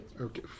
Okay